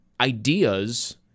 ideas